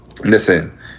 Listen